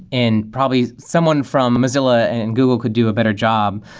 and probably, someone from mozilla and and google could do a better job.